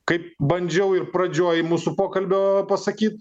kaip bandžiau ir pradžioj mūsų pokalbio pasakyt